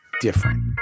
different